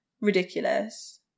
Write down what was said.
ridiculous